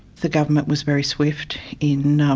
the government was very swift in um